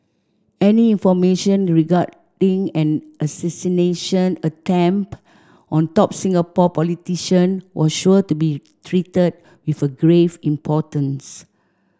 any information regarding an assassination attempt on top Singapore politician was sure to be treated with a grave importance